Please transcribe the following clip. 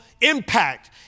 impact